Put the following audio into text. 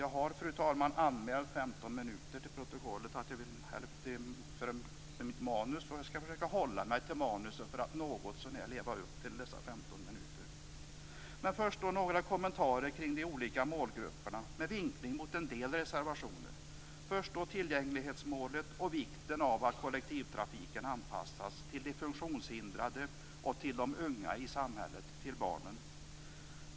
Jag har, fru talman, anmält 15 minuter till talarlistan för mitt manus, som jag skall försöka att följa något så när. Först några kommentarer kring de olika målgrupperna med vinkling till en del reservationer, först då tillgänglighetsmålet och vikten av att kollektivtrafiken anpassas till de funktionshindrade och till de unga i samhället, till barnen.